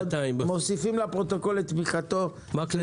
מוסיפים לפרוטוקול את תמיכתו של חבר הכנסת מרגי,